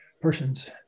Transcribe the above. person's